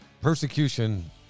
persecution